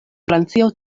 francio